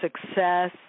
success